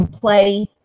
play